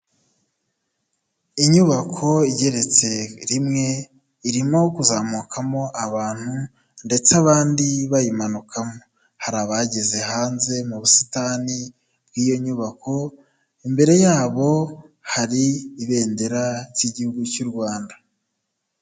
Inyubako igeretse rimwe, irimo kuzamukamo abantu, ndetse abandi bayimanukamo. Hari abageze hanze mu busitani bw'iyo nyubako, imbere yabo hari ibendera ry'igihugu cy'u Rwanda.